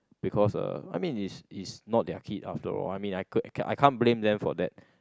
because uh I mean is is not their kid after all I mean I could I can't blame them for that